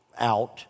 out